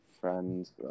friends